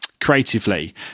creatively